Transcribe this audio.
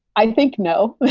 i think no.